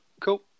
Cool